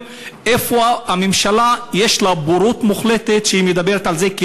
איפה יש לממשלה בורות מוחלטת כשהיא מדברת על זה.